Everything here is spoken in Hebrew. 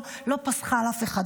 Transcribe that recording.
לא פסחה על אף אחד,